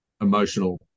emotional